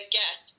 get